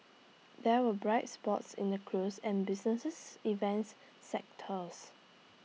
there were bright spots in the cruise and businesses events sectors